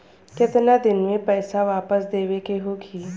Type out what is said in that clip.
केतना दिन में पैसा वापस देवे के होखी?